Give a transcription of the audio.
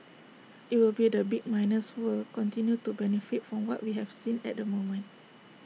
IT will be the big miners who will continue to benefit from what we have seen at the moment